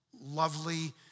lovely